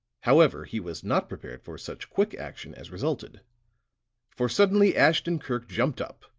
however, he was not prepared for such quick action as resulted for suddenly ashton-kirk jumped up,